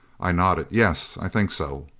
i nodded, yes, i think so.